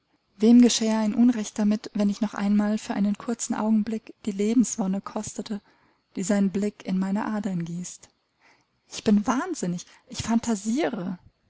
wem geschähe ein unrecht damit wenn ich noch einmal für einen kurzen augenblick die lebenswonne kostete die sein blick in meine adern gießt ich bin wahnsinnig ich phantasiere